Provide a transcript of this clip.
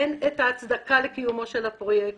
הן את ההצדקה לקיומו של הפרויקט,